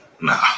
Nah